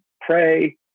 pray